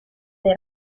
dei